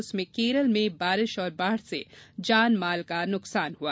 उसमें केरल राज्य में बारिश और बाढ़ से जान माल का नुकसान हुआ